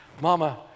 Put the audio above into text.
Mama